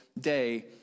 day